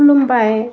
खुलुमबाय